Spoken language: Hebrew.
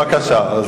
בבקשה.